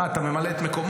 אה, אתה ממלא את מקומו?